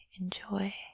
enjoy